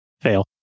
Fail